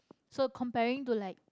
so comparing to like